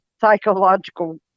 psychological